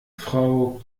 frau